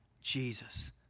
Jesus